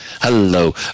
Hello